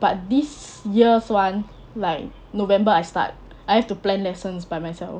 but this year's [one] like november I start I have to plan lessons by myself